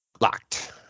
Locked